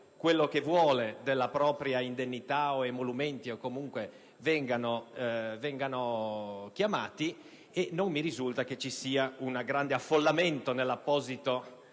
quello che vuole della propria indennità o emolumenti (o comunque vengano chiamati): e non mi risulta che ci sia un grande affollamento presso l'apposito